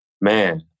man